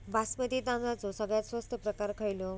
बासमती तांदळाचो सगळ्यात स्वस्त प्रकार खयलो?